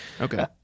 Okay